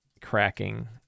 cracking